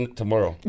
tomorrow